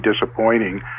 disappointing